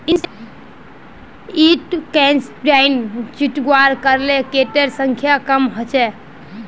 इंसेक्टिसाइडेर छिड़काव करले किटेर संख्या कम ह छ